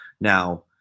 Now